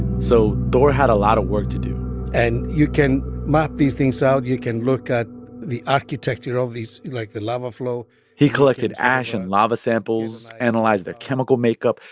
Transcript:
so thor had a lot of work to do and you can map these things out. you can look at the architecture of these like, the lava flow he collected ash and lava samples, analyzed their chemical makeup,